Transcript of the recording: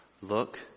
Look